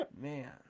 Man